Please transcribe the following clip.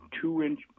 two-inch